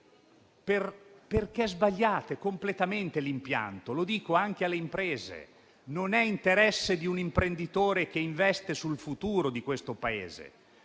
perché sbagliate completamente l'impianto. Lo dico anche alle imprese: non è interesse di un imprenditore che investe sul futuro di questo Paese